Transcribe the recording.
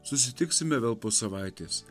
susitiksime vėl po savaitės